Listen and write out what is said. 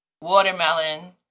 watermelon